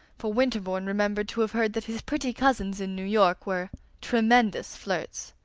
for winterbourne remembered to have heard that his pretty cousins in new york were tremendous flirts.